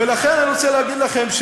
ולכן אני רוצה להגיד לכם,